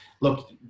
look